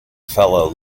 fellow